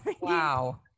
Wow